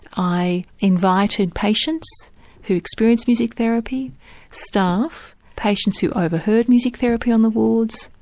i invited patients who experienced music therapy staff, patients who overheard music therapy on the wards,